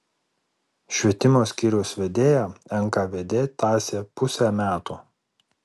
švietimo skyriaus vedėją nkvd tąsė pusę metų